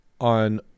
on